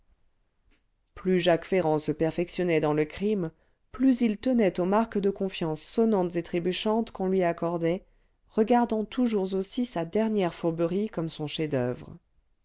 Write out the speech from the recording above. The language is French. plus jacques ferrand se perfectionnait dans le crime plus il tenait aux marques de confiance sonnantes et trébuchantes qu'on lui accordait regardant toujours aussi sa dernière fourberie comme son chef-d'oeuvre